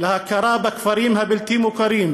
להכרה בכפרים הבלתי-מוכרים,